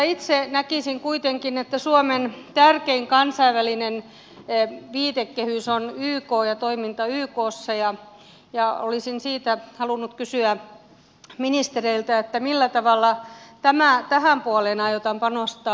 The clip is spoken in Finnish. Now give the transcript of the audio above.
itse näkisin kuitenkin että suomen tärkein kansainvälinen viitekehys on yk ja toiminta ykssa ja olisin siitä halunnut kysyä ministereiltä millä tavalla tähän puoleen aiotaan panostaa